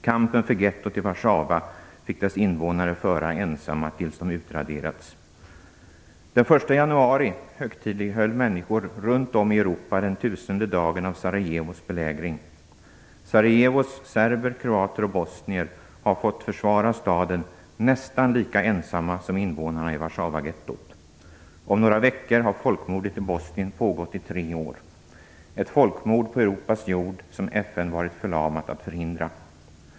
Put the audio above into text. Kampen för gettot i Warszawa fick dess invånare föra ensamma tills de hade utraderats. Den 1 januari högtidlighöll människor runt om i Sarajevos serber, kroater och bosnier har fått försvara staden nästan lika ensamma som invånarna i Warszawagettot. Om några veckor har folkmordet i Bosnien pågått i tre år. Det är ett folkmord på Europas jord som FN på grund av sin förlamning inte har kunnat förhindra.